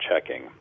checking